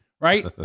Right